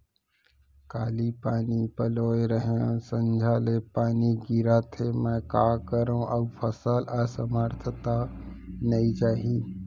काली पानी पलोय रहेंव, संझा ले पानी गिरत हे, मैं का करंव अऊ फसल असमर्थ त नई जाही?